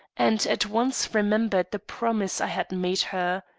and at once remembered the promise i had made her.